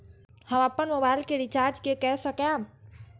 हम अपन मोबाइल के रिचार्ज के कई सकाब?